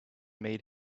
made